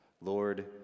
Lord